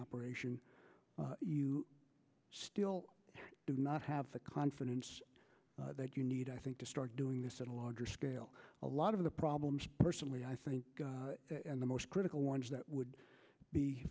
operation you still do not have the confidence that you need i think to start doing this in a larger scale a lot of the problems personally i think the most critical ones that would be